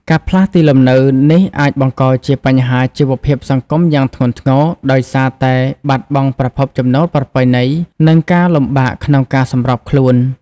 ការផ្លាស់ទីលំនៅនេះអាចបង្កជា បញ្ហាជីវភាពសង្គមយ៉ាងធ្ងន់ធ្ងរ ដោយសារតែ បាត់បង់ប្រភពចំណូលប្រពៃណី និងការលំបាកក្នុងការសម្របខ្លួន។